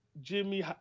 Jimmy